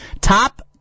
Top